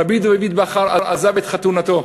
רבי דוד בכר עזב את חתונתו,